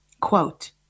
Quote